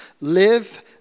Live